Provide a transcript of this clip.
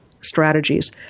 strategies